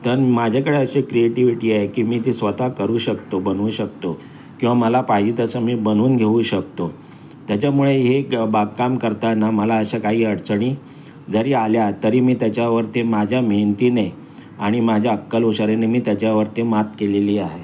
तर माझ्याकडे अशी क्रिएटिव्हिटी आहे की मी ते स्वत करू शकतो बनवू शकतो किंवा मला पाहिजे तसं मी बनवून घेऊ शकतो त्याच्यामुळे हे ग बागकाम करताना मला अशा काही अडचणी जरी आल्या तरी मी त्याच्यावरती माझ्या मेहनतीने आणि माझ्या अक्कलहुशारीने मी त्याच्यावरती मात केलेली आहे